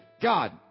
God